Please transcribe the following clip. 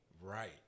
Right